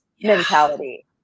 mentality